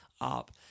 up